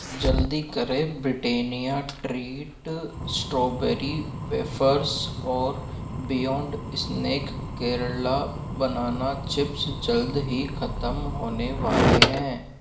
जल्दी करें Britannia treat strawberry wafers और beyond snack Kerala banana chips जल्द ही ख़त्म होने वाले हैं